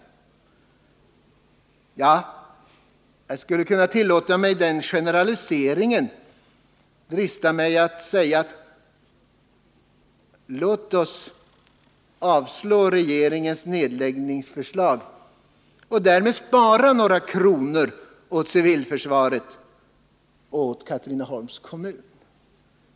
Ja, om jag skulle tillåta mig att generalisera, skulle jag kunna drista mig att säga: Låt oss avslå regeringens nedläggningsförslag och därmed spara några kronor åt civilförsvaret och Katrineholms kommun!